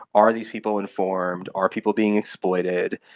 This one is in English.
are these people informed, are people being exploited,